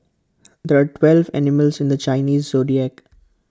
there are twelve animals in the Chinese Zodiac